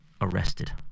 arrested